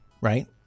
right